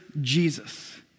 Jesus